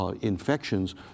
infections